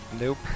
Nope